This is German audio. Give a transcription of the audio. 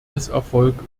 misserfolg